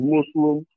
Muslim